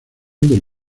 del